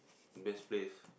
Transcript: best place